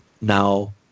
now